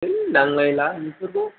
है नांलायला बेफोरखौ